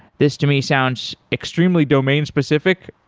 this to me sounds extremely domain-specific,